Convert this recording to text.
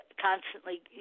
constantly